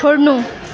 छोड्नु